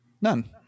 None